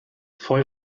voll